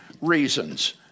reasons